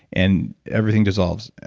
and everything dissolves.